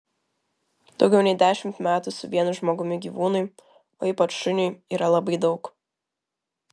daugiau nei dešimt metų su vienu žmogumi gyvūnui o ypač šuniui yra labai daug